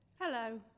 Hello